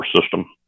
system